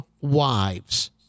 wives